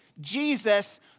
Jesus